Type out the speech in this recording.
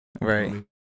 Right